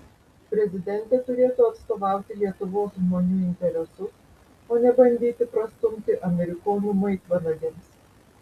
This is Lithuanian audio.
prezidentė turėtų atstovauti lietuvos žmonių interesus o ne bandyti prastumti amerikonų maitvanagiams